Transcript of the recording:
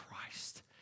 Christ